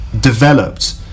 developed